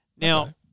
Now